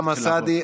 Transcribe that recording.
אוסאמה סעדי,